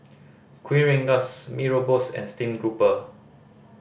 Kuih Rengas Mee Rebus and stream grouper